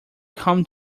come